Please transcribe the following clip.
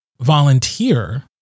volunteer